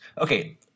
Okay